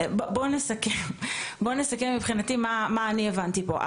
בואו נסכם מה עלה פה עד עכשיו.